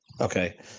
Okay